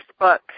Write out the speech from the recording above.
Facebook